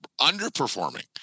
underperforming